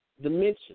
dimension